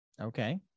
Okay